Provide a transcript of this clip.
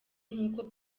nk’uko